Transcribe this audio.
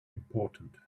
important